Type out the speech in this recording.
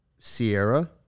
Sierra